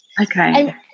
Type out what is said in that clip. Okay